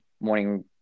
morning